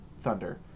thunder